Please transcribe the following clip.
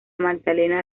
magdalena